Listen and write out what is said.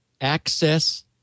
access